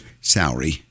salary